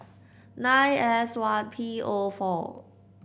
nine S one P O four